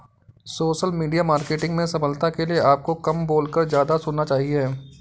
social media marketing में सफलता के लिए आपको कम बोलकर ज्यादा सुनना चाहिए